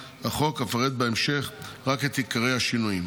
החוק אפרט בהמשך רק את עיקרי השינויים.